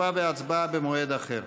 תשובה והצבעה במועד אחר.